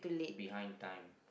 behind time